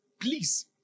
Please